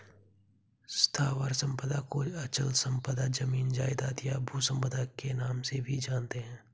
स्थावर संपदा को अचल संपदा, जमीन जायजाद, या भू संपदा के नाम से भी जानते हैं